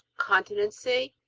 continency,